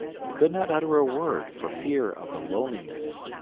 he could not utter a word for fear of the loneliness.